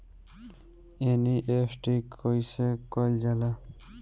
NEFT कइसे कइल जाला?